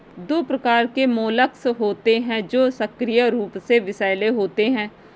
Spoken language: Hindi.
दो प्रकार के मोलस्क होते हैं जो सक्रिय रूप से विषैले होते हैं